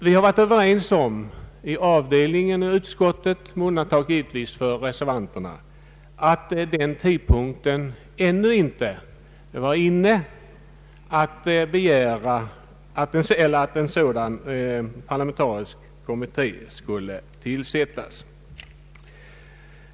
Vi har i utskottet — givetvis med undantag av reservanterna — varit överens om att tidpunkten ännu inte är inne att begära att en sådan parlamentarisk utredning skall tillsättas.